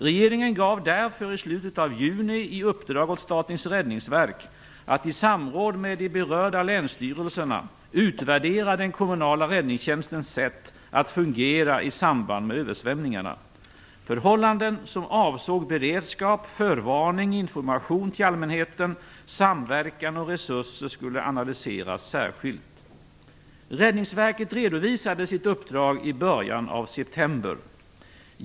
Regeringen gav därför i slutet av juni i uppdrag åt Statens räddningsverk att i samråd med de berörda länsstyrelserna utvärdera den kommunala räddningstjänstens sätt att fungera i samband med översvämningarna. Förhållanden som avsåg beredskap, förvarning, information till allmänheten, samverkan och resurser skulle analyseras särskilt. Räddningsverket redovisade sitt uppdrag i början av september.